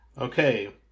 Okay